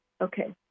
Okay